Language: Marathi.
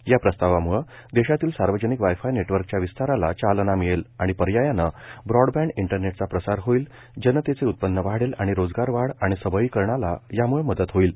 या प्रस्तावाम्ळं देशातील सार्वजनिक वाय फाय नेटवर्कच्या विस्ताराला चालना मिळेल आणि पर्यायानं ब्रॉडबँड इंटरनेटचा प्रसार होईल जनतेचे उत्पन्न वाढेल आणि रोजगारवाढ आणि सबळीकरणाला यामुळं मदत होईल